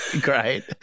Great